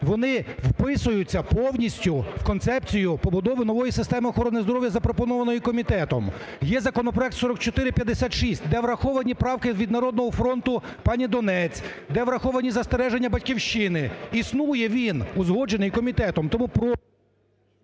Вони вписуються повністю в концепцію побудови нової системи охорони здоров'я, запропонованої комітетом. Є законопроект 4456, де враховані правки від "Народного фронту", пані Донець, де враховані застереження "Батьківщини". Існує він, узгоджений комітетом,